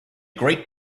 great